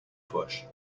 bush